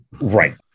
right